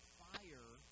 fire